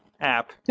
app